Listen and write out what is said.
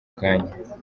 kanya